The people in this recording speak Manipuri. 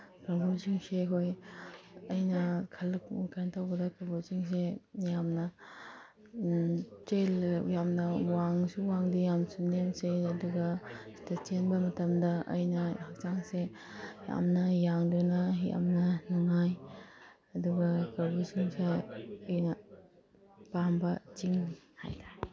ꯀꯧꯕ꯭ꯔꯨ ꯆꯤꯡꯁꯦ ꯑꯩꯈꯣꯏ ꯑꯩꯅ ꯀꯩꯅꯣ ꯇꯧꯕꯗ ꯀꯧꯕ꯭ꯔꯨ ꯆꯤꯡꯁꯦ ꯌꯥꯝꯅ ꯌꯥꯝꯅ ꯋꯥꯡꯁꯨ ꯋꯥꯡꯗꯦ ꯌꯥꯝꯁꯨ ꯅꯦꯝꯗꯦ ꯑꯗꯨꯒ ꯁꯤꯗ ꯆꯦꯟꯕ ꯃꯇꯝꯗ ꯑꯩꯅ ꯍꯛꯆꯥꯡꯁꯦ ꯌꯥꯝꯅ ꯌꯥꯡꯗꯨꯅ ꯌꯥꯝꯅ ꯅꯨꯡꯉꯥꯏ ꯑꯗꯨꯒ ꯀꯧꯕ꯭ꯔꯨ ꯆꯤꯡꯁꯦ ꯑꯩꯅ ꯄꯥꯝꯕ ꯆꯤꯡꯅꯤ ꯍꯥꯏꯗꯥꯏ